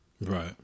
Right